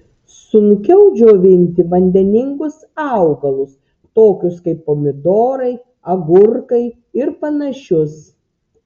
sunkiau džiovinti vandeningus augalus tokius kaip pomidorai agurkai ir panašius